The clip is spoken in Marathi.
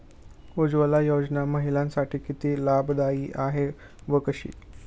उज्ज्वला योजना महिलांसाठी किती लाभदायी आहे व कशी?